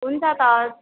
हुन्छ त